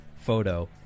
photo